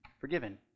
forgiven